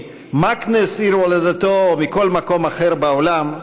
ממקנס עיר הולדתו או מכל מקום אחר בעולם,